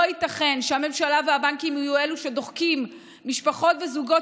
לא ייתכן שהממשלה והבנקים יהיו אלו שדוחקים משפחות וזוגות